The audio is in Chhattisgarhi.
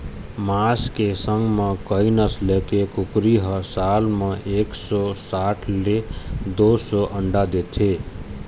मांस के संग म कइ नसल के कुकरी ह साल म एक सौ साठ ले दू सौ अंडा देथे